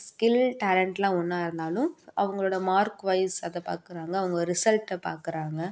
skill டேலண்ட்லாம் ஒன்னாக இருந்தாலும் அவங்களோட மார்க் வைய்ஸ் அதை பாக்கிறாங்க அவங்க ரிசல்ட்டை பாக்கிறாங்க